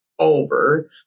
Over